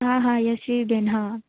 હા હા યશ્વીબેન હા